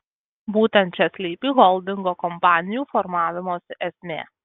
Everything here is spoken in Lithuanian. būtent čia slypi holdingo kompanijų formavimosi esmė